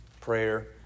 prayer